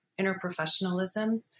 interprofessionalism